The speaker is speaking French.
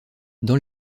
dans